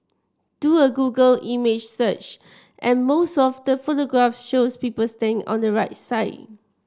do a Google image search and most of the photographs shows people standing on the right side